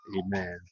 amen